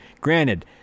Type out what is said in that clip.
Granted